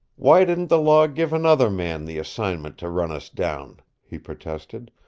why didn't the law give another man the assignment to run us down, he protested.